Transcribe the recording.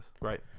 Right